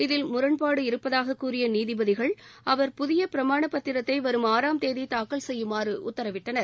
இதில் முரண்பாடு இருப்பதாகக் கூறிய நீதிபதிகள் அவர் புதிய பிரமாணப் பத்திரத்தை வரும் ஆறாம் தேதி தாக்கல் செய்யுமாறு உத்தரவிட்டனர்